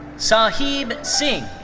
sahib singh.